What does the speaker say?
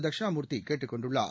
தெட்சிணாமூர்த்தி கேட்டுக் கொண்டுள்ளார்